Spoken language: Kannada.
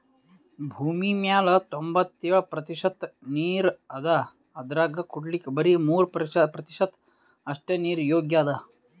ಭೂಮಿಮ್ಯಾಲ್ ತೊಂಬತ್ತೆಳ್ ಪ್ರತಿಷತ್ ನೀರ್ ಅದಾ ಅದ್ರಾಗ ಕುಡಿಲಿಕ್ಕ್ ಬರಿ ಮೂರ್ ಪ್ರತಿಷತ್ ಅಷ್ಟೆ ನೀರ್ ಯೋಗ್ಯ್ ಅದಾ